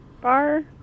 Bar